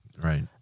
Right